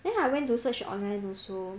then I went to search online also